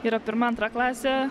yra pirma antra klasė